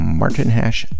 martinhash